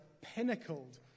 pinnacled